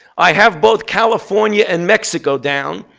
i have both california and mexico down.